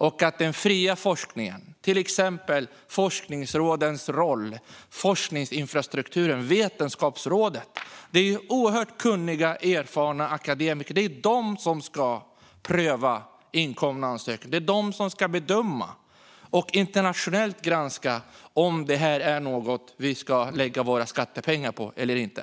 När det gäller den fria forskningen och till exempel forskningsrådens roll, forskningsinfrastrukturen och Vetenskapsrådet handlar det om oerhört kunniga och erfarna akademiker. Det är de som ska pröva inkomna ansökningar. Det är de som ska bedöma och internationellt granska om ett visst område är något vi ska lägga våra skattepengar på eller inte.